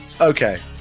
Okay